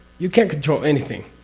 you can't control anything.